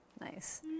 Nice